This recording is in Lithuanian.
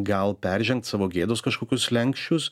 gal peržengt savo gėdos kažkokius slenksčius